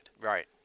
Right